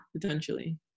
potentially